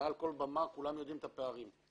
כולם יודעים את הפערים.